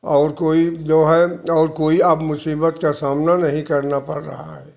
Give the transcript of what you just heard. और कोई जो है और कोई अब मुसीबत का सामना नहीं करना पड़ रहा है